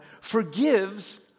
forgives